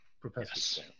Professor